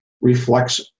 reflects